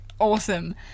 Awesome